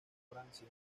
francia